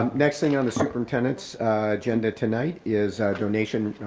um next thing on the superintendent's agenda tonight is donation